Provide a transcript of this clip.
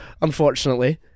unfortunately